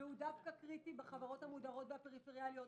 ודווקא בחברות המודרות והפריפריאליות.